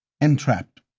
entrapped